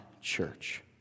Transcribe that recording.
church